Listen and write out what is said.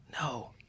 No